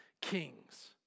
kings